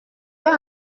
vais